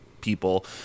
people